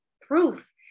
proof